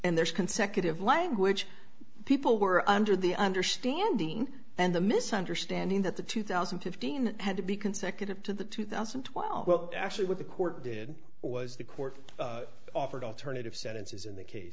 and there's consecutive language people were under the understanding and the misunderstanding that the two thousand and fifteen had to be consecutive to the two thousand and twelve well actually what the court did was the court offered alternative sentences in the case